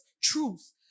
truth